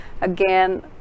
again